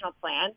plan